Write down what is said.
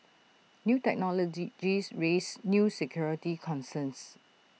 new technology raise new security concerns